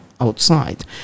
outside